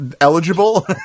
eligible